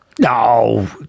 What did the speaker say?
No